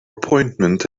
appointment